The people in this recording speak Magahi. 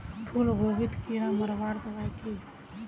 फूलगोभीत कीड़ा मारवार दबाई की?